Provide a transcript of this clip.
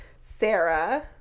Sarah